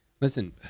listen